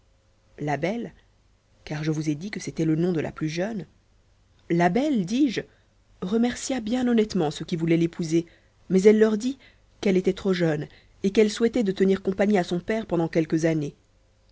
la belle car je vous ai dit que c'était le nom de la plus jeune la belle dis-je remercia bien honnêtement ceux qui voulaient l'épouser mais elle leur dit qu'elle était trop jeune et qu'elle souhaitait de tenir compagnie à son père pendant quelques années